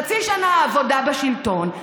חצי שנה העבודה בשלטון,